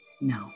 No